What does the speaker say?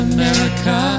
America